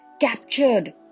captured